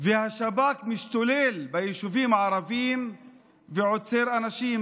והשב"כ משתולל ביישובים הערביים ועוצר אנשים,